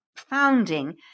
founding